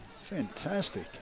Fantastic